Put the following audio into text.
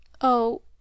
Oh